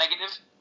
negative